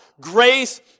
grace